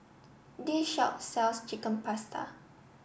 this shop sells Chicken Pasta